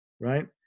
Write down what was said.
right